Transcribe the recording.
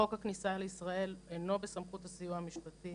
חוק הכניסה לישראל אינו בסמכות הסיוע המשפטי